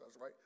right